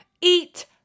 eat